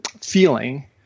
feeling